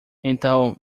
então